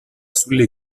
sulle